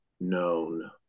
known